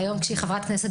והיום כשהיא חברת כנסת,